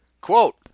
Quote